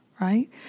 right